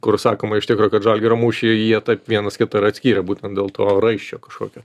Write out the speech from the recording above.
kur sakoma iš tikro kad žalgirio mūšyje jie taip vienas kitą ir atskyrė būtent dėl to raiščio kažkokio